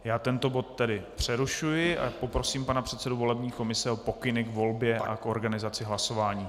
Já tento bod tedy přerušuji a poprosím pana předsedu volební komise o pokyny k volbě a k organizaci hlasování.